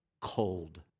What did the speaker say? cold